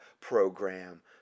program